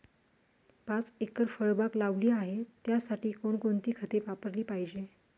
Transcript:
पाच एकर फळबाग लावली आहे, त्यासाठी कोणकोणती खते वापरली पाहिजे?